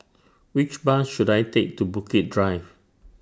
Which Bus should I Take to Bukit Drive